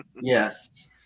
Yes